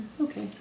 okay